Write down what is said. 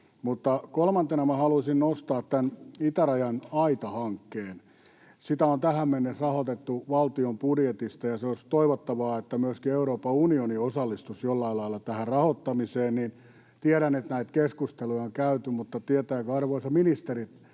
Kolmantena minä haluaisin nostaa tämän itärajan aitahankkeen. Sitä on tähän mennessä rahoitettu valtion budjetista, ja olisi toivottavaa, että myöskin Euroopan unioni osallistuisi jollain lailla tähän rahoittamiseen. Tiedän, että näitä keskusteluja on käyty, mutta tietääkö arvoisa ministeri,